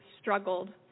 struggled